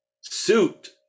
Suit